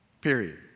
Period